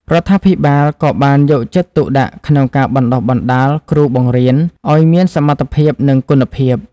រដ្ឋាភិបាលក៏បានយកចិត្តទុកដាក់ក្នុងការបណ្ដុះបណ្ដាល គ្រូបង្រៀន ឱ្យមានសមត្ថភាព និងគុណភាព។